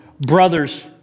Brothers